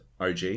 OG